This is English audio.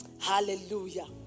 hallelujah